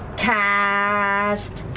cast.